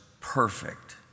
perfect